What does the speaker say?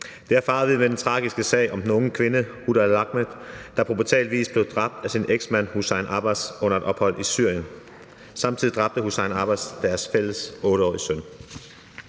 Det erfarede vi med den tragiske sag om den unge kvinde Huda Ali Ahmad, der på brutal vis blev dræbt af sin eksmand, Hussein Abbas, under et ophold i Syrien. Samtidig dræbte Hussein Abbas deres fælles 8-årige søn.